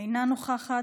אינה נוכחת,